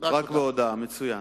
רק בהודעה, מצוין.